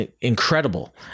incredible